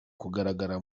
kugaragara